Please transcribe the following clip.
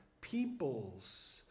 peoples